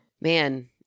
Man